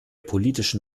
politischen